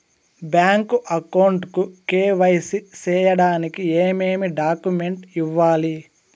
Bank account కు KYC సేయడానికి ఏమేమి డాక్యుమెంట్ ఇవ్వాలి?